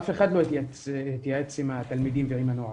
אף אחד לא התייעץ עם התלמידים ועם הנוער.